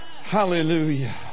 Hallelujah